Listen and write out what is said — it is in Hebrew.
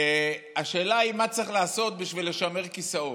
השאלה היא מה צריך לעשות בשביל לשמר כיסאות.